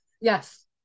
yes